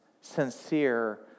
sincere